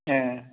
ए